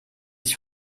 ich